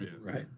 right